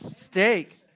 steak